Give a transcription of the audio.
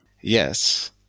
Yes